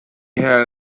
had